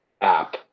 app